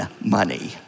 money